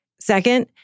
Second